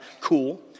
cool